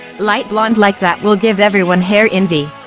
light blonde like that will give everyone hair envy.